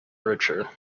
richer